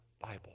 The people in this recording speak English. Bible